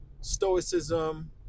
stoicism